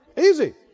Easy